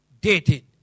dated